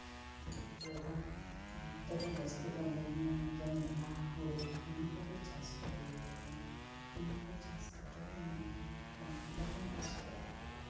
ᱩᱱᱠᱩ ᱤᱭᱟᱹᱭᱫᱟ ᱦᱟᱱᱛᱮ ᱫᱚ ᱡᱟᱹᱥᱛᱤ ᱫᱚ ᱜᱩᱦᱩᱢ ᱡᱚᱱᱰᱨᱟ ᱦᱩᱲᱩ ᱚᱱᱟ ᱠᱚᱜᱮ ᱪᱟᱥ ᱫᱚ ᱦᱩᱭᱩᱜᱚᱜ ᱠᱟᱱᱟ ᱚᱱᱟ ᱠᱚ ᱪᱟᱥ ᱠᱟᱛᱮᱫ ᱜᱮ ᱱᱚᱣᱟ ᱟᱵᱚ ᱠᱚᱫᱚ ᱵᱚᱱ ᱟᱹᱥᱩᱞᱚᱜ ᱠᱟᱱᱟ